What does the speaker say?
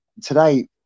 today